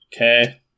okay